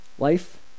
Life